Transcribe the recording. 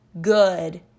good